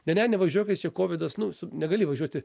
ne ne nevažiuokit čia kovidas nu su negali važiuoti